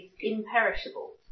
imperishable